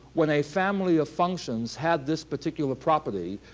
when a family of functions had this particular property,